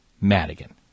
Madigan